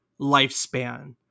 lifespan